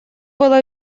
было